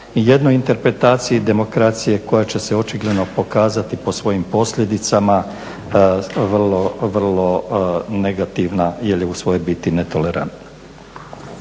jednoj interpretaciji demokracije koja će se očigledno pokazati po svojim posljedicama vrlo negativna jer je u svojoj biti netolerantna.